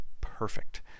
perfect